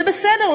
זה בסדר,